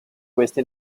questi